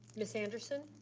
ms. anderson.